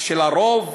של הרוב?